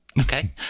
Okay